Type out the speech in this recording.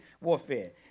warfare